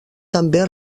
també